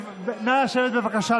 נא לשבת, בבקשה.